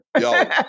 Yo